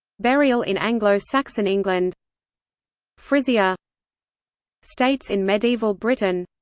burial in anglo-saxon england frisia states in medieval britain